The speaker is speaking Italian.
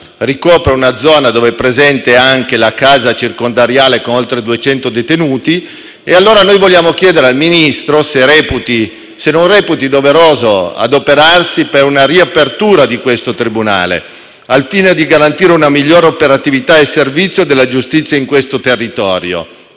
ricopre una zona dove è presente anche la casa circondariale, con oltre 200 detenuti. Vogliamo pertanto chiedere al Ministro se non reputi doveroso adoperarsi per una riapertura di questo tribunale, al fine di garantire una migliore operatività e un miglior servizio della giustizia in questo territorio.